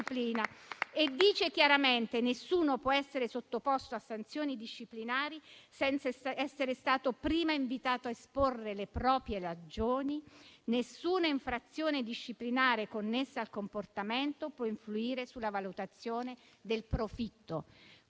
e dice chiaramente che nessuno può essere sottoposto a sanzioni disciplinari senza essere stato prima invitato a esporre le proprie ragioni; nessuna infrazione disciplinare connessa al comportamento può influire sulla valutazione del profitto.